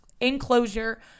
enclosure